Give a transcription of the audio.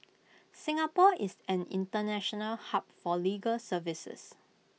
Singapore is an International hub for legal services